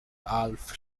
alf